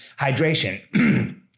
hydration